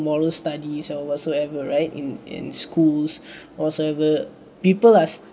moral studies or whatsoever right in in schools what so ever people are